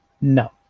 No